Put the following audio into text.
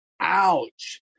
Ouch